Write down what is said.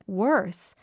worse